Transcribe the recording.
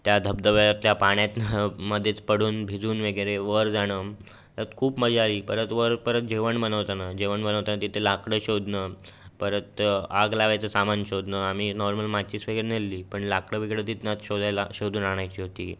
त्या धबधब्यातल्या पाण्यातनं मधेच पडून भिजून वगैरे वर जाणं यात खूप मजा आली परत वर परत जेवण बनवताना जेवण बनवताना तिथे लाकडं शोधणं परत आग लावायचं सामान शोधणं आम्ही नॉर्मल माचीस वगैरे नेलेली पण लाकडं वगैरे तिथनंच शोधायला शोधून आणायची होती